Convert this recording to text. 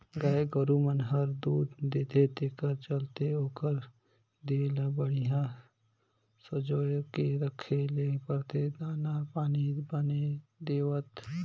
गाय गोरु मन हर दूद देथे तेखर चलते ओखर देह ल बड़िहा संजोए के राखे ल परथे दाना पानी बने देवत